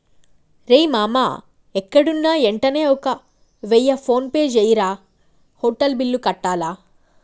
రేయ్ మామా ఎక్కడున్నా యెంటనే ఒక వెయ్య ఫోన్పే జెయ్యిరా, హోటల్ బిల్లు కట్టాల